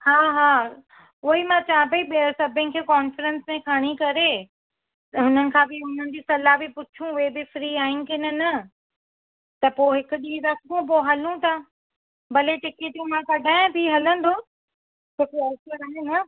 हा हा उहो ई मां चयां पई भई सभिनि खे कॉनफेरेंस में खणी करे त हुननि खां बि हुननि जी सलाह बि पुछूं उहे बि फ्री आहिनि के न न त पोइ हिकु ॾींहुं रखूं पोइ हलूं था भले टिकिटियूं मां कढायां थी हलंदो त पोइ